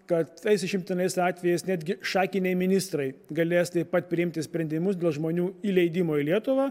kad tais išimtiniais atvejais netgi šakiniai ministrai galės taip pat priimti sprendimus dėl žmonių įleidimo į lietuvą